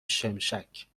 شمشک